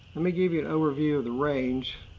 let me give you an overview of the range.